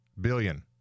billion